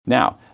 Now